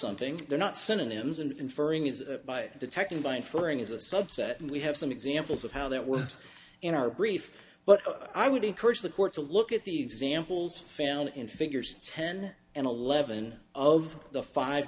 something they're not synonyms and inferring is by detecting by inferring is a subset and we have some examples of how that works in our brief but i would encourage the court to look at the examples found in figures ten and eleven of the five